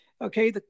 okay